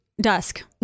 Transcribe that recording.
Dusk